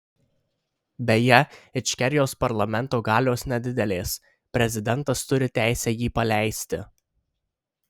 beje ičkerijos parlamento galios nedidelės prezidentas turi teisę jį paleisti